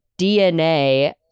DNA